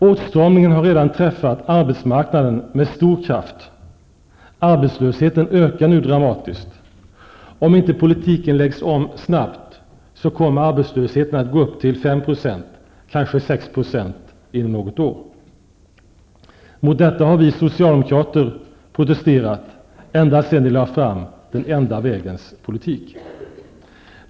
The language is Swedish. Åtstramningen har redan träffat arbetsmarknaden med stor kraft. Arbetslösheten ökar nu dramatiskt. Om inte politiken läggs om snabbt, kommer arbetslösheten att inom något år uppgå till 5 %, kanske 6 %. Mot detta har vi socialdemokrater protesterat ända sedan ni lade fram ''den enda vägens'' politik.